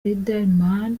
riderman